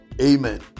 amen